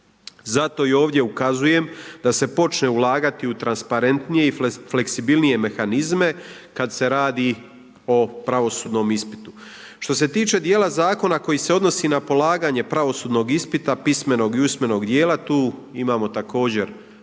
Zato i ovdje ukazujem da se počne ulagati u transparentnije i fleksibilnije mehanizme kad se radi o pravosudnom ispitu. Što se tiče djela zakona koji se odnosi na polaganje pravosudnom ispita, pismenog i usmenog djela, tu imamo također